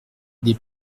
des